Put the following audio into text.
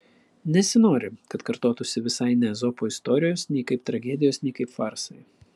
nesinori kad kartotųsi visai ne ezopo istorijos nei kaip tragedijos nei kaip farsai